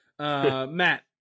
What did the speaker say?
Matt